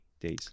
days